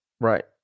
right